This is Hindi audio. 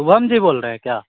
शुभम जी बोल रहे हैं क्या